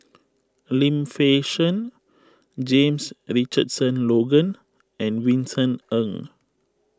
Lim Fei Shen James Richardson Logan and Vincent Ng